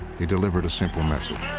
he delivered a simple message.